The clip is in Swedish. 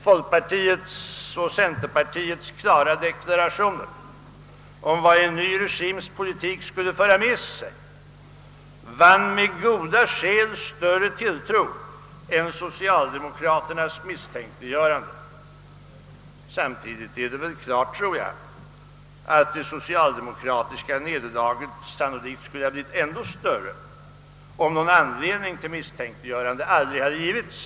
Folkpartiets och centerpartiets klara deklarationer om vad en ny regims politik skulle föra med sig vann med goda skäl större tilltro än socialdemokraternas misstänkliggöranden. Samtidigt är det väl uppenbart att det socialdemokratiska nederlaget sannolikt skulle ha blivit ändå större, om någon anledning till misstänkliggörande aldrig hade givits.